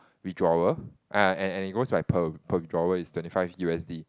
withdrawal and and and it goes by per per withdrawal it's twenty five u_s_d